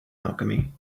alchemy